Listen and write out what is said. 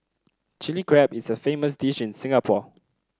Chilli Crab is a famous dish in Singapore